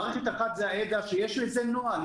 מערכת אחת זה ה-ADAS שיש לזה נוהל,